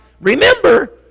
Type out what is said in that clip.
Remember